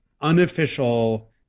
unofficial